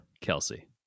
Kelsey